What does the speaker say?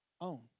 own